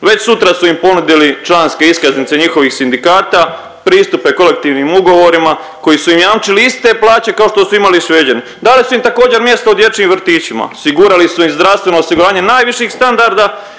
Već sutra su im ponudili članske iskaznice njihovih sindikata, pristupe kolektivnim ugovorima koji su im jamčili iste plaće kao što su imali i Šveđani, dali su im također mjesto u dječjim vrtićima, osigurali su im zdravstveno osiguranje najviših standarda,